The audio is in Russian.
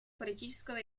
политического